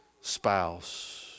spouse